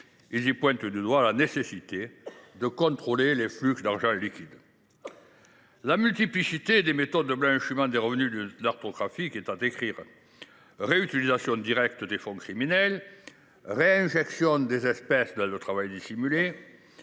y pointent du doigt la nécessité de contrôler les flux d’argent liquide. Ce rapport décrit la multiplicité des méthodes de blanchiment des revenus du narcotrafic : réutilisation directe des fonds criminels ; réinjection des espèces dans le travail dissimulé